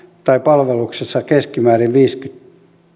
tai palveluksessa keskimäärin viisikymmentä